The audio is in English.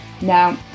Now